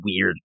weird